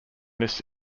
this